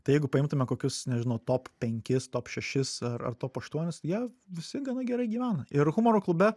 tai jeigu paimtume kokius nežinau top penkis top šešis ar ra top aštuonis jie visi gana gerai gyvena ir humoro klube